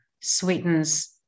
sweetens